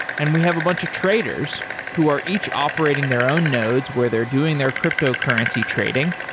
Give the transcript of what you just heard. and we have a bunch of traders who are each operating their own nodes where they're doing their cryptocurrency trading.